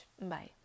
Bye